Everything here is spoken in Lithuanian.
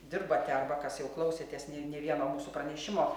dirbate arba kas jau klausėtės ne vieno mūsų pranešimo